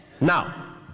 Now